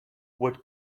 what